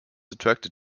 attracted